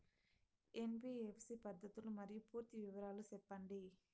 NBFC పద్ధతులు మరియు పూర్తి వివరాలు సెప్పండి?